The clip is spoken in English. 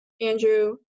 Andrew